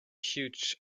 huge